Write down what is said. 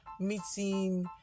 meeting